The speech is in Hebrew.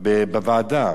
בוועדה